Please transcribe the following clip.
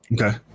Okay